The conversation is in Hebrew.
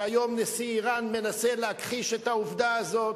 כשהיום נשיא אירן מנסה להכחיש את העובדה הזאת.